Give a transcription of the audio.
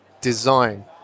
design